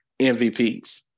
MVPs